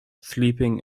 sleeping